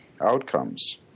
outcomes